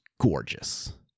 gorgeous